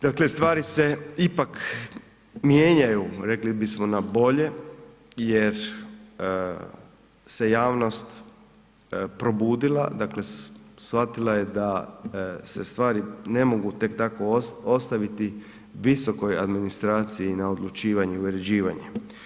Dakle, stvari se ipak mijenjaju rekli bismo na bolje jer se javnost probudila dakle shvatila je da se stvari ne mogu tek tako ostaviti visokoj administraciji na odlučivanje i uređivanje.